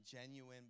genuine